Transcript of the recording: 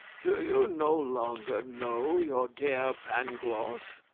do you no longer know your dear pangloss?